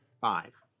Five